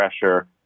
pressure